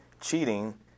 cheating